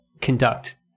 conduct